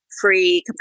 free